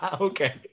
Okay